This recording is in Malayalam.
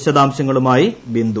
വിശദാംശങ്ങളുമായി ബിന്ദു